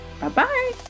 Bye-bye